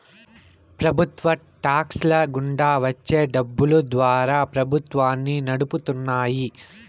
ప్రభుత్వ టాక్స్ ల గుండా వచ్చే డబ్బులు ద్వారా ప్రభుత్వాన్ని నడుపుతున్నాయి